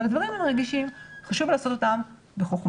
אבל הדברים הם רגישים וחשוב לעשות אותם בחוכמה.